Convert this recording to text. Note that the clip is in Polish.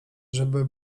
żeby